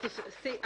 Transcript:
את סעיף 3 אישרתי.